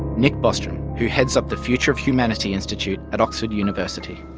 nick bostrom, who heads up the future of humanity institute at oxford university.